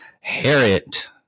Harriet